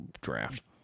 draft